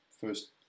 first